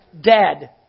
Dead